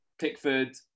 Pickford